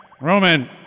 Roman